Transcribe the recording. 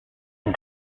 une